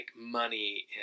money